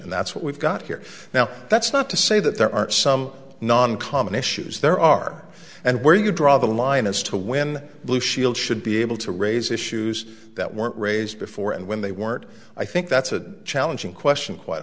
and that's what we've got here now that's not to say that there are some non common issues there are and where you draw the line as to when blue shield should be able to raise issues that weren't raised before and when they weren't i think that's a challenging question quite